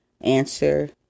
answer